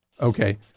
okay